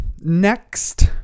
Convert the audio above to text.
next